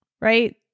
right